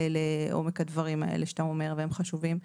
לעומק הדברים האלה שאתה אומר והם חשובים,